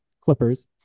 Clippers